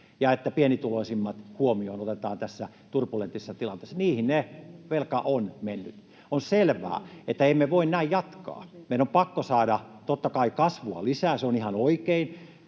ja että pienituloisimmat otetaan huomioon tässä turbulentissa tilanteessa. Niihin se velka on mennyt. On selvää, että näin emme voi jatkaa. Meidän on pakko saada, totta kai, kasvua lisää. Se on ihan oikein,